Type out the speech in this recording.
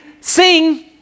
Sing